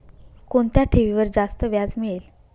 कोणत्या ठेवीवर जास्त व्याज मिळेल?